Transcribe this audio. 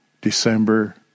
December